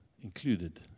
included